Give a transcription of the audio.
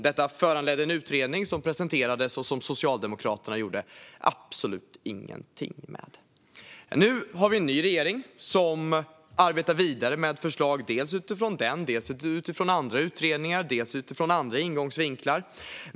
Detta föranledde en utredning som presenterades och som Socialdemokraterna gjorde absolut ingenting med. Nu har vi en ny regering som arbetar vidare med förslag dels utifrån den utredningen, dels utifrån andra utredningar och dels utifrån andra ingångsvinklar.